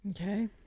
Okay